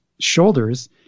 shoulders